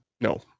No